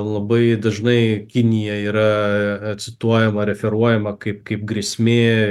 labai dažnai kinija yra cituojama referuojama kaip kaip grėsmė